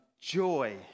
joy